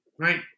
right